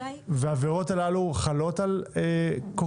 העבירות הללו חלות היום במצב הנוכחי